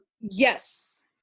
Yes